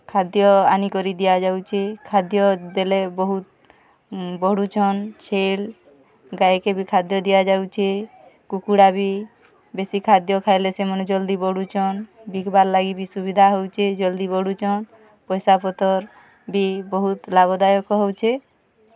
ଖାଦ୍ୟ ଆଣିକରି ଦିଆ ଯାଉଛେ ଖାଦ୍ୟ ଦେଲେ ବହୁତ୍ ବଢ଼ୁଛନ୍ ଛେଲ୍ ଗାଈକେ ବି ଖାଦ୍ୟ ଦିଆଯାଉଛେ କୁକୁଡ଼ା ବି ବେଶୀ ଖାଦ୍ୟ ଖାଇଲେ ସେମାନେ ଜଲ୍ଦି ବଢ଼ୁଛନ୍ ବିକ୍ବା ଲାଗି ବି ସୁବିଧା ହଉଛେ ଜଲ୍ଦି ବଢ଼ୁଚନ୍ ପଏସା ପତର୍ ବି ବହୁତ୍ ଲାଭଦାୟକ ହଉଛେ